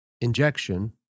injection